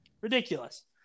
Ridiculous